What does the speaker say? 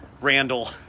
Randall